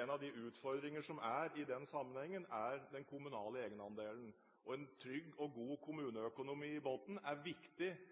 en av utfordringene i den sammenhengen er den kommunale egenandelen. En trygg og god kommuneøkonomi i bunnen er viktig